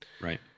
Right